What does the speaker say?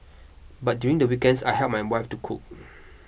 but during the weekends I help my wife to cook